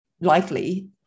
likely